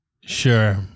Sure